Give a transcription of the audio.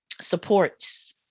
supports